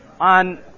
on